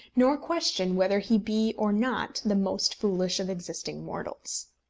nor question whether he be or not the most foolish of existing mortals.